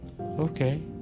Okay